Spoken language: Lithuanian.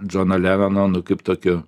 džoną lenoną nu kaip tokiu